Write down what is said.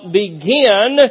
begin